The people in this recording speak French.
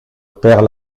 père